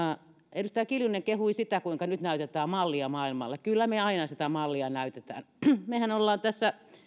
edustaja kiljunen kehui sitä kuinka nyt näytetään mallia maailmalla kyllä me aina sitä mallia näytämme mehän olemme tässä